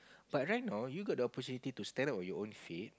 but right now you got the opportunity to stand up on your own feet